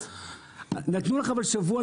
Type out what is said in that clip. נתנו לכם שבוע.